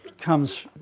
Comes